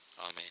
Amen